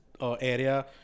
area